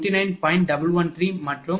113 மற்றும் இங்கே 28